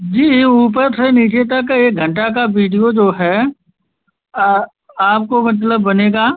जी ऊपर से नीचे तक एक घंटा का वीडियो जो है आपको मतलब बनेगा